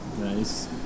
Nice